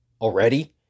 already